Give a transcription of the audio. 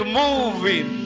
moving